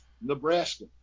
Nebraska